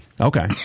Okay